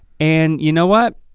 and you know what,